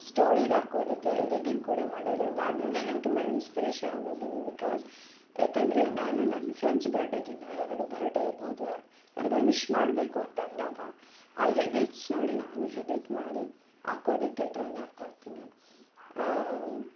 story ಹಾಕೋದಕ್ಕೆ editing ಕೂಡ ಮಾಡೋದರಿಂದ ಅದರಿಂದ ನಾನು ತುಂಬ ಇನ್ಸ್ಪಿರೇಷನ್ ಆಗಿದ್ದೀನಿ ಬಿಕಾಸ್ ಯಾಕೆಂದ್ರೆ ನಾನು ನನ್ನ ಫ್ರೆಂಡ್ಸ್ ಬರ್ಡೇ ದಿನ ಯಾರಾದ್ರು ಬರ್ಡೇ ಇರ್ಬೋದು ಯಾರಿಗಾದ್ರು ವಿಶ್ ಮಾಡಬೇಕು ಅಂತ ಅಂದಾಗ ಆ ಎಡಿಟ್ಸ್ ನೋಡಿ ನಾನು ಹೆಡಿಟ್ ಮಾಡಿ ಹಾಕೋದಕ್ಕೆ ಟ್ರೈ ಮಾಡ್ತಾಯಿರ್ತೀನಿ